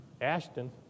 Ashton